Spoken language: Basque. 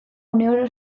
uneoro